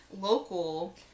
local